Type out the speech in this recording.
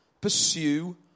Pursue